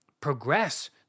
progress